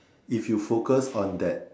if you focus on that